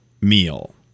meal